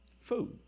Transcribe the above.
Food